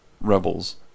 Rebels